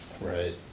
Right